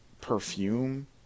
perfume